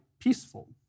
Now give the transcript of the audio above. peaceful